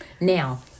Now